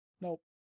Nope